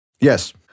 Yes